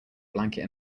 blanket